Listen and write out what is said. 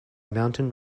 mountain